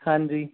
ਹਾਂਜੀ